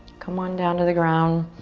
come on down to the ground.